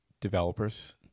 developers